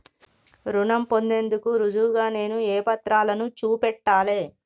రుణం పొందేందుకు రుజువుగా నేను ఏ పత్రాలను చూపెట్టాలె?